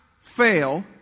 fail